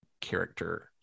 character